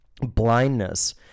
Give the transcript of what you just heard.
blindness